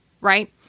right